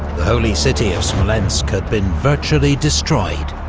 the holy city of smolensk had been virtually destroyed.